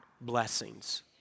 blessings